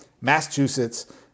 Massachusetts